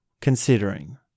considering